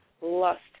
lust